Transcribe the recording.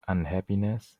unhappiness